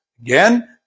Again